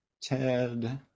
Ted